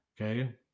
Okay